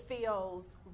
feels